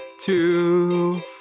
two